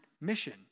mission